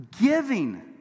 giving